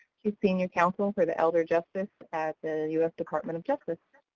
who's senior counsel for the elder justice at the u s. department of justice.